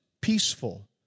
peaceful